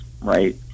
right